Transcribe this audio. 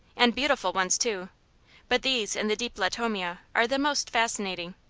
and beautiful ones, too but these in the deep latomia are the most fascinating.